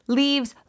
leaves